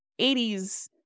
80s